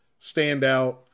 standout